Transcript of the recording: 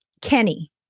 Kenny